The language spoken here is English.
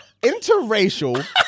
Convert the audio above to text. Interracial